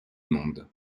monde